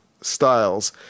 styles